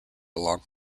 along